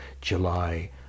July